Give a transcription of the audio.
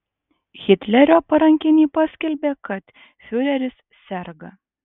hitlerio parankiniai paskelbė kad fiureris serga